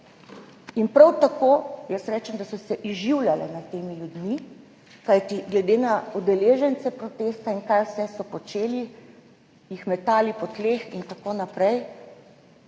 in prav tako, jaz rečem, da so se izživljale nad temi ljudmi, kajti glede na udeležence protesta in kaj vse so počeli, jih metali po tleh in tako naprej,